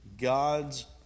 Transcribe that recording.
God's